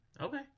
okay